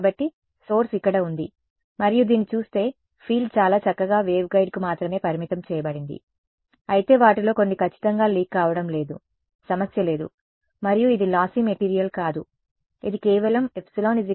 కాబట్టి సోర్స్ ఇక్కడ ఉంది మరియు దీన్ని చూస్తే ఫీల్డ్ చాలా చక్కగా వేవ్గైడ్కు మాత్రమే పరిమితం చేయబడింది అయితే వాటిలో కొన్ని ఖచ్చితంగా లీక్ కావడం లేదు సమస్య లేదు మరియు ఇది లాస్సి మెటీరియల్ కాదు ఇది కేవలం ε 12 ఏ ఊహాత్మక భాగం లేదు